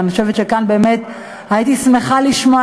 ואני חושבת שכאן באמת הייתי שמחה לשמוע